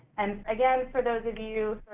and again, for those of you,